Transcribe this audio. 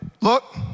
Look